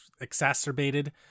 exacerbated